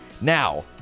Now